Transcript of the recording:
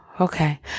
okay